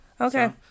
Okay